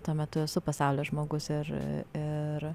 tuo metu esu pasaulio žmogus ir